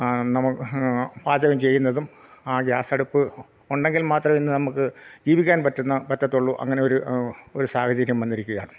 പാചകം ചെയ്യുന്നതും ആ ഗ്യാസ് അടുപ്പ് ഉണ്ടെങ്കിൽ മാത്രമേ ഇന്ന് നമുക്ക് ജീവിക്കാൻ പറ്റുന്നത് പറ്റത്തുള്ളൂ അങ്ങനെ ഒരു സാഹചര്യം വന്നിരിക്കുകയാണ്